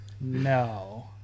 No